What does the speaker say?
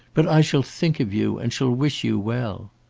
but i shall think of you and shall wish you well.